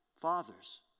fathers